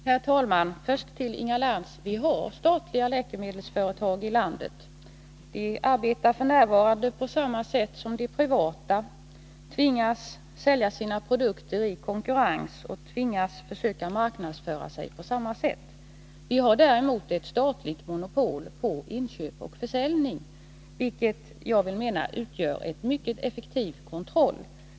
Herr talman! Först till Inga Lantz. Vi har statliga läkemedelsföretag i landet. De arbetar f. n. på samma sätt som de privata. De tvingas sälja sina produkter i konkurrens och marknadsföra sina produkter på samma sätt. Vi har däremot ett statligt monopol på inköp och försäljning, vilket jag menar utgör en mycket effektiv kontroll.